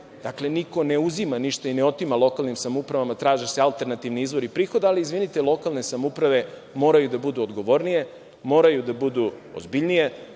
Dakle, niko ne uzima ništa i ne otima lokalnim samoupravama. Traže se alternativni izvori prihoda, ali izvinite, lokalne samouprave moraju da budu odgovornije, moraju da budu ozbiljnije,